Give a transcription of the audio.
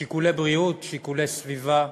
שיקולי בריאות, שיקולי סביבה,